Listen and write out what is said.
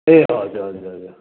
ए हजुर हजुर हजुर